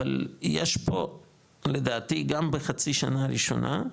אבל יש פה, לדעתי, גם בחצי שנה הראשונה,